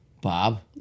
Bob